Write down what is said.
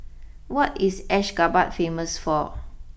what is Ashgabat famous for